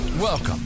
Welcome